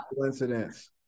coincidence